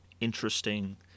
interesting